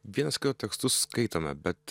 vienas kito tekstus skaitome bet